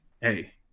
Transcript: hey